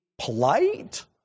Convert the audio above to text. polite